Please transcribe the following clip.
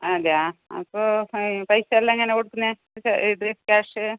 അതെയോ അപ്പോൾ ആ പൈസ എല്ലാം എങ്ങനെ കൊടുക്കുന്നത് ഇത് ക്യാഷ്